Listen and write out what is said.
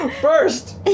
First